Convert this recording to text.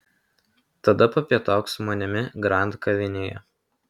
tada papietauk su manimi grand kavinėje